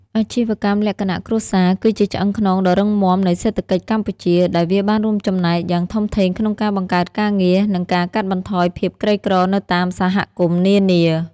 អាជីវកម្មលក្ខណៈគ្រួសារគឺជាឆ្អឹងខ្នងដ៏រឹងមាំនៃសេដ្ឋកិច្ចកម្ពុជា ដោយវាបានរួមចំណែកយ៉ាងធំធេងក្នុងការបង្កើតការងារ និងការកាត់បន្ថយភាពក្រីក្រនៅតាមសហគមន៍នានា។